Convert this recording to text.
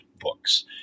books